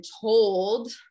told